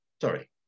Sorry